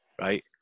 Right